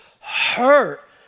hurt